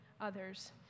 others